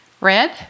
Red